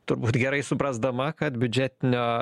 turbūt gerai suprasdama kad biudžetinio